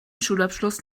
schulabschluss